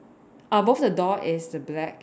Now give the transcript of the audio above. ah both the door is black